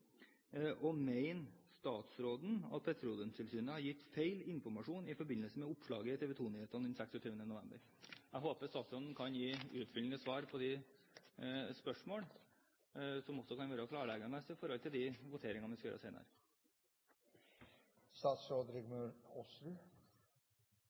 budsjettbehandling? Mener statsråden at Petroleumstilsynet har gitt feil informasjon i forbindelse med oppslaget i TV 2-nyhetene den 26. november? Jeg håper statsråden kan gi utfyllende svar på de spørsmålene, som også kan være klarleggende i forhold til de voteringene vi skal gjøre senere. Representanten Robert Eriksson har tatt opp det forslaget han refererte til.